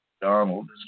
Donald